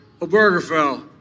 Obergefell